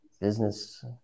business